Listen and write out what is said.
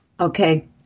Okay